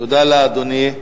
תודה לאדוני.